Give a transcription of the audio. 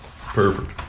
Perfect